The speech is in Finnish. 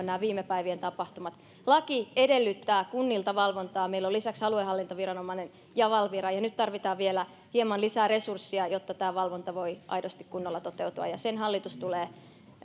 nämä viime päivien tapahtumat laki edellyttää kunnilta valvontaa meillä on lisäksi aluehallintoviranomainen ja valvira ja nyt tarvitaan vielä hieman lisää resurssia jotta tämä valvonta voi aidosti kunnolla toteutua ja sen hallitus tulee